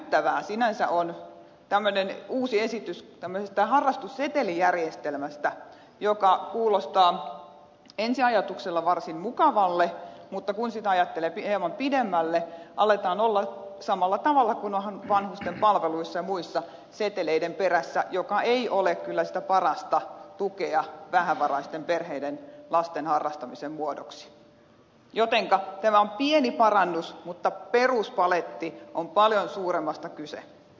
hälyttävää sinänsä on uusi esitys tämmöisestä harrastussetelijärjestelmästä joka kuulostaa ensi ajatuksena varsin mukavalle mutta kun sitä ajattelee hieman pidemmälle aletaan olla samalla tavalla kuin vanhusten palveluissa ja muissa seteleiden perässä mikä ei ole kyllä sitä parasta tukea vähävaraisten perheiden lasten harrastamiseen jotenka tämä on pieni parannus mutta peruspaletissa on paljon suuremmasta kyse